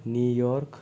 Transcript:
New York